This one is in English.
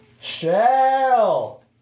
Shell